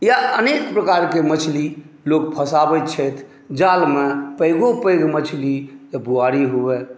या अनेक प्रकारके मछली लोक फँसाबैत छथि जालमे पैघो पैघो मछली बुआरी हुए